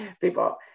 People